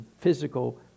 physical